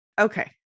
Okay